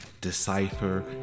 decipher